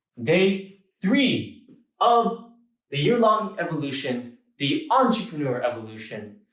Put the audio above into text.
day three of the year-long evolution the entrepreneur evolution.